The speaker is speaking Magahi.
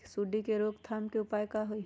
सूंडी के रोक थाम के उपाय का होई?